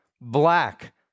black